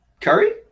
Curry